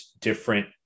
different